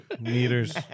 Meters